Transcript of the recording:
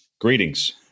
greetings